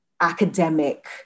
academic